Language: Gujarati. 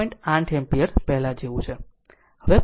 8 એમ્પીયર પહેલાં જેવું છે